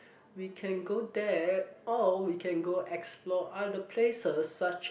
we can go there or we can go explore other places such